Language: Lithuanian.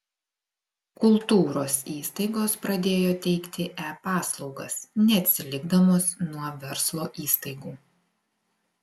kultūros įstaigos pradėjo teikti e paslaugas neatsilikdamos nuo verslo įstaigų